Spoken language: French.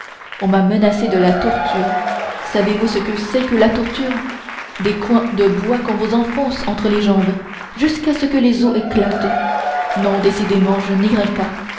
on m'a menacé de la torture savez-vous ce que c'est que la torture des coins de bois qu'on vous enfonce entre les jambes jusqu'à ce que les os éclatent non décidément je n'irai pas